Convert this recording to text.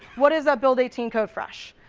what is that build eighteen code fresh?